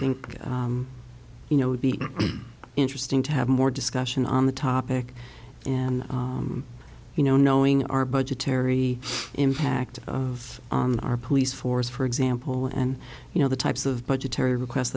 think you know would be interesting to have more discussion on the topic and you know knowing our budgetary impact of our police force for example and you know the types of budgetary request